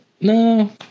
no